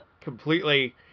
completely